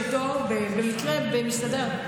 במקרה במסעדה,